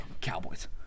Cowboys